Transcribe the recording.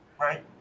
right